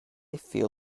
feel